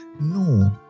no